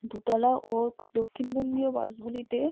দোতলা ও দক্ষিণবঙ্গীয় বাসগুলিতে